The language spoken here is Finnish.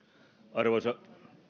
arvoisa